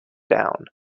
down